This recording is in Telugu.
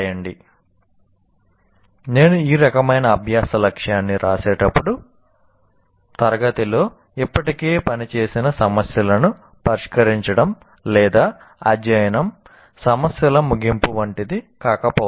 " నేను ఈ రకమైన అభ్యాస లక్ష్యాన్ని వ్రాసేటప్పుడు తరగతిలో ఇప్పటికే పనిచేసిన సమస్యలను పరిష్కరించడం లేదా అధ్యాయం సమస్యల ముగింపు వంటిది కాకపోవచ్చు